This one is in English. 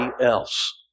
else